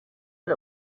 but